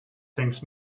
thinks